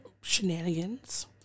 shenanigans